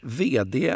vd